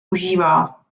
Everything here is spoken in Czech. užívá